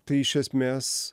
tai iš esmės